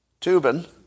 Tubin